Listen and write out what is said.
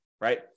right